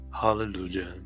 Hallelujah